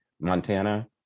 Montana